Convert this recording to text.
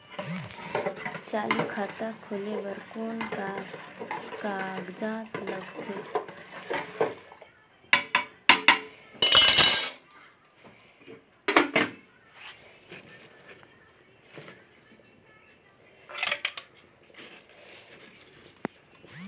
चालू खाता खोले बर कौन का कागजात लगथे?